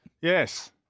Yes